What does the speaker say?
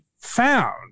found